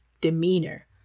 demeanor